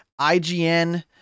IGN